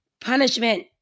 punishment